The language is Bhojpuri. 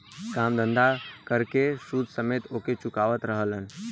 काम धंधा कर के सूद समेत ओके चुकावत रहलन